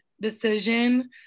decision